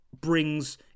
brings